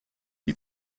die